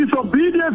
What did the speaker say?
disobedience